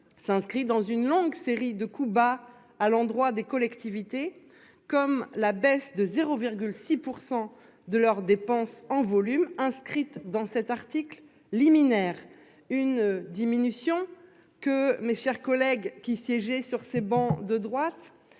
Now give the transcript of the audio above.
S'inscrit dans une longue série de Cuba à l'endroit des collectivités comme la baisse de 0,6% de leurs dépenses en volume inscrite dans cet article liminaire une diminution que mes chers collègues qui siégez sur ces bancs de droite